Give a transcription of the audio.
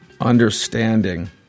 understanding